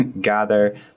gather